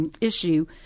issue